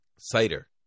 cider